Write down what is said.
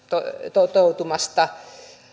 toteutumasta